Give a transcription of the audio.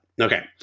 Okay